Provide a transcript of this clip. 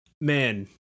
man